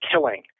killing